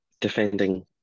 defending